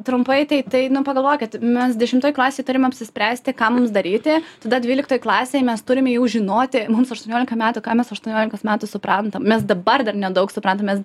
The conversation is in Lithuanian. trumpai tai tai nu pagalvokit mes dešimtoj klasėj turim apsispręsti ką mums daryti tada dvyliktoj klasėj mes turime jau žinoti mums aštuoniolika metų ką mes aštuoniolikos metų suprantam mes dabar dar nedaug suprantam mes